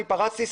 אני פרצתי,